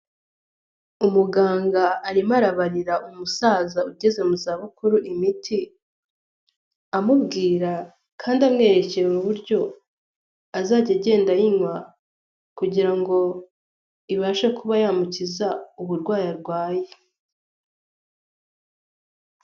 Umuganga arimo arabarira umusaza ugeze mu za bukuru imiti, amubwira kandi amwerekera uburyo azajya agenda ayinywa kugira ngo ibashe kuba yamukiza uburwayi arwaye.